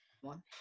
one